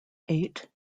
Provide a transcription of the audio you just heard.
eight